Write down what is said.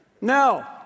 No